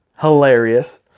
hilarious